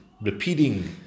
repeating